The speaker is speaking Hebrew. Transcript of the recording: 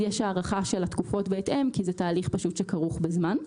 יש הארכה של התקופות בהתאם כי זה תהליך שכרוך בזמן.